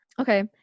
Okay